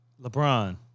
LeBron